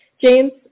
James